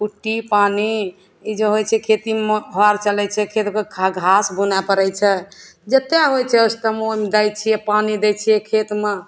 कुट्टी पानि ई जे होइत छै खेतीमे हर चलैत छै खेतके घास बुनए पड़ैत छै जेत्तए होइत ओहिसे मन दै छियै पानि दै छियै खेतमे